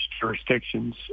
jurisdictions